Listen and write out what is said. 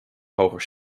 hoger